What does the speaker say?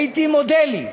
הייתי מודה לי,